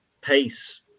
pace